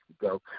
go